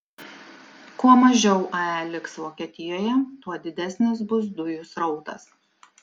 kuo mažiau ae liks vokietijoje tuo didesnis bus dujų srautas